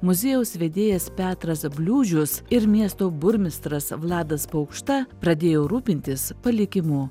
muziejaus vedėjas petras bliūdžius ir miesto burmistras vladas paukšta pradėjo rūpintis palikimu